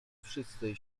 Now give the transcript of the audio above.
wszyscy